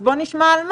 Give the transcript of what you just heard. אז בוא נשמע על מה.